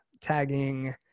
tagging